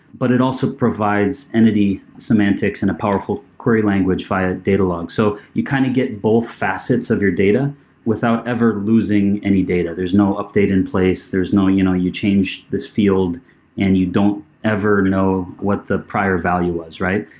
but it also provides entity semantics and a powerful query language via data log. so you kind of get all facets of your data without ever losing any data. there's no update in place. there is no you know you change this field and you don't ever know what the prior value was, right?